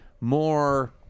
more